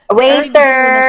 waiter